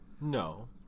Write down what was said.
No